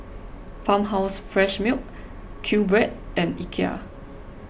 Farmhouse Fresh Milk Q Bread and Ikea